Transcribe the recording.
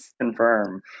confirm